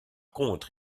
contre